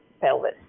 pelvis